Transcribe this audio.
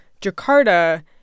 Jakarta